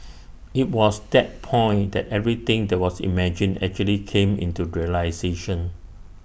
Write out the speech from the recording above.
IT was that point that everything that was imagined actually came into realisation